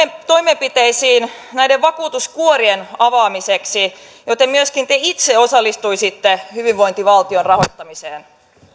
toimenpiteisiin näiden vakuutuskuorien avaamiseksi jolloin myöskin te itse osallistuisitte hyvinvointivaltion rahoittamiseen